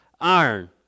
iron